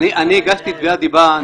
אני הגשתי תביעת דיבה.